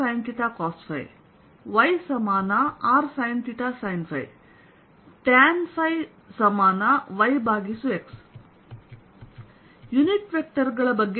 xrsin cos yrsin sin tan yx unit vector ಗಳ ಬಗ್ಗೆ ಹೇಗೆ